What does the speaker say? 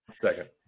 second